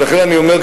לכן אני אומר,